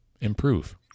improve